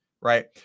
right